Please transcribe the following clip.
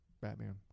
Batman